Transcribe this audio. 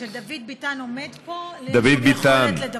כשדוד ביטן עומד פה לי אין שום יכולת לדבר.